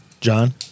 John